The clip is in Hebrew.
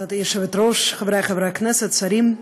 תודה, היושבת-ראש, חברי חברי הכנסת, שרים,